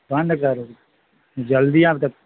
دکان کئے بجے تک جلدی آئیں مطلب